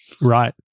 Right